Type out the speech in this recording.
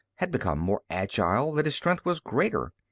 had become more agile, that his strength was greater.